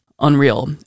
Unreal